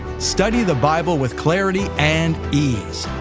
study the bible with clarity and ease.